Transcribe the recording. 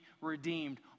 redeemed